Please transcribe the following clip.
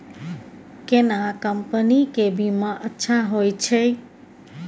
केना कंपनी के बीमा अच्छा होय छै?